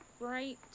...right